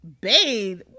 bathe